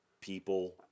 people